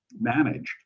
managed